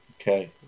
Okay